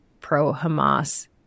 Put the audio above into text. pro-Hamas